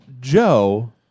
Joe